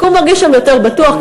כי הוא מרגיש שם יותר בטוח,